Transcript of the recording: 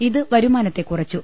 ഇത് വരുമാ നത്തെ കുറച്ചു